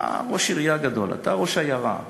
אתה ראש עירייה גדול, אתה ראש עיירה,